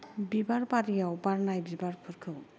बिबार बारियाव बारनाय बिबारफोरखौ